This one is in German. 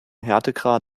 härtegrad